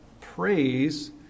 praise